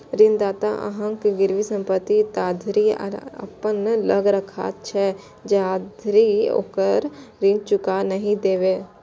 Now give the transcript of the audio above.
ऋणदाता अहांक गिरवी संपत्ति ताधरि अपना लग राखैत छै, जाधरि ओकर ऋण चुका नहि देबै